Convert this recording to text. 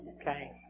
Okay